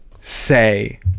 say